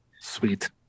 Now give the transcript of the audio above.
sweet